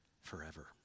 forever